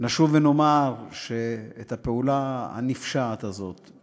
נשוב ונאמר שאת הפעולה הנפשעת הזאת,